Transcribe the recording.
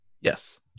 Yes